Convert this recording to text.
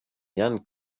jan